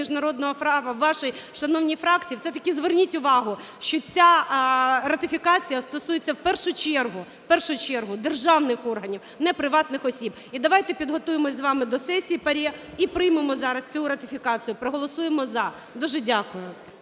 міжнародного права в вашій шановній фракції, все-таки зверніть увагу, що ця ратифікація стосується в першу чергу, в першу чергу державних органів, не приватних осіб. І давайте підготуємось з вам до сесії ПАРЄ і приймемо зараз цю ратифікацію, проголосуємо "за". Дуже дякую.